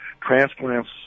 transplants